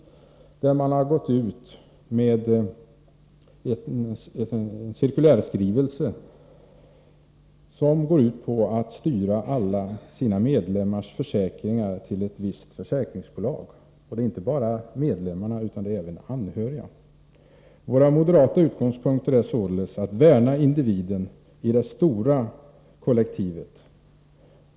Avdelningen har sänt ut en cirkulärskrivelse, som går ut på att styra alla medlemmarnas försäkringar till ett visst försäkringsbolag. F. ö. gäller det inte bara medlemmarna själva utan även deras anhöriga. Vår moderata utgångspunkt är således att värna om individen i det stora kollektivet.